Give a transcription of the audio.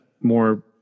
more